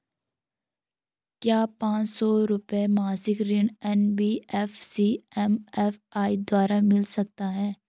क्या पांच सौ रुपए मासिक ऋण एन.बी.एफ.सी एम.एफ.आई द्वारा मिल सकता है?